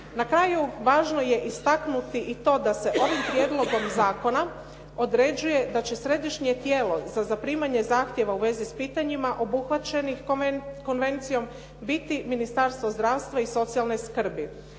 Na kraju važno je istaknuti i to da se ovim prijedlogom zakona određuje da će središnje tijelo za zaprimanje zahtjeva u vezi s pitanjima obuhvaćenih konvencijom biti Ministarstvo zdravstva i socijalne skrbi.